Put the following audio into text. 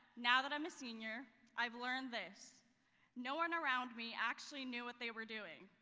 now that i'm a senior i've learned this no one around me actually knew what they were doing.